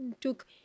took